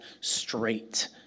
straight